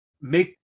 make